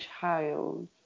child